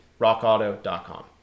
Rockauto.com